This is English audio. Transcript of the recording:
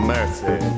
Mercy